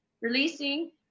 releasing